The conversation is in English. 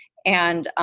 and